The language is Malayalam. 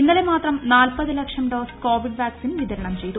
ഇന്നലെ മാത്രം കൂല്ക്ഷം ഡോസ് കോവിഡ് വാക്സിൻ വിതരണം ചെയ്തു